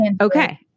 okay